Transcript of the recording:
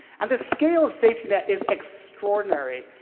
and the scale of safetynet is extraordinary.